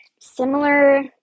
similar